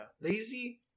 lazy